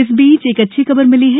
लेकिन इस बीच एक अच्छी खबर मिली है